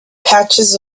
patches